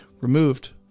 removed